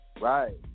Right